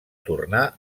tornar